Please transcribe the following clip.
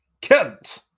Kent